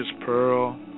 pearl